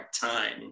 time